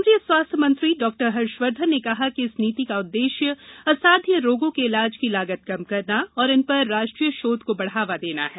केंद्रीय स्वास्थ्य मंत्री डॉक्टर हर्षवर्धन ने कहा कि इस नीति का उद्देश्य असाध्य रोगों के इलाज की लागत कम करना और इन पर राष्ट्रीय शोध को बढ़ावा देना है